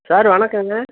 sir வணக்கங்க